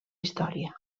història